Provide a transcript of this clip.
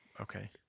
Okay